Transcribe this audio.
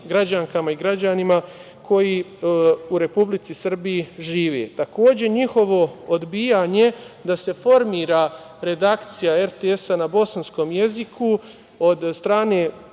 i građanima koji u Republici Srbiji žive. Takođe, njihovo odbijanje da se formira redakcija RTS-a na bosanskom jeziku od strane